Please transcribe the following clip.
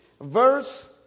verse